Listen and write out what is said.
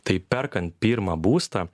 tai perkant pirmą būstą